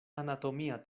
anatomia